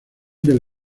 del